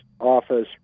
office